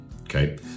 okay